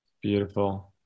beautiful